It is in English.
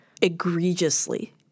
egregiously